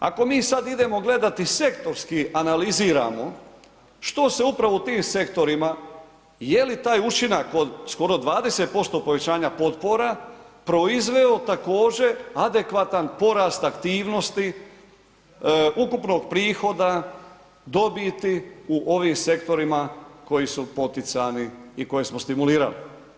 Ako mi sad idemo gledati sektorski, analiziramo što se upravo u tom sektorima, je li taj učinak od skoro 20% povećanja potpora, proizveo također adekvatan porast aktivnosti ukupnog prihoda, dobiti u ovim sektorima koji su poticani i koje smo stimulirali.